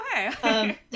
okay